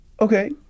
Okay